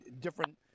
different